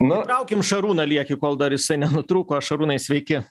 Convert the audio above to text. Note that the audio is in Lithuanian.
įtraukim šarūną liekį kol dar jisai nenutrūko šarūnai sveiki